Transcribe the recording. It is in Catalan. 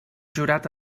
jurat